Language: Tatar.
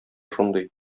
шундый